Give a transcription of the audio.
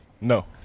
No